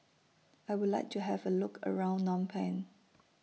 I Would like to Have A Look around Phnom Penh